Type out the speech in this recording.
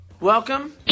Welcome